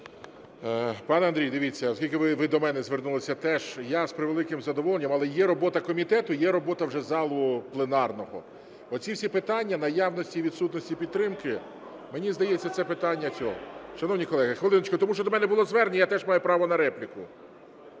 Пане Андрій, дивіться. Оскільки ви до мене звернулися теж, я з превеликим задоволенням, але є робота комітету, є робота вже залу пленарного. Оці всі питання наявності і відсутності підтримки, мені здається, це питання цього… (Шум у залі) Шановні колеги, хвилиночку. Тому що до мене було звернення, я теж маю право на репліку.